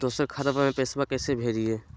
दोसर खतबा में पैसबा कैसे भेजिए?